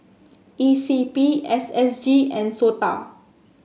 E C P S S G and S O T A